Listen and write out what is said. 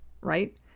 right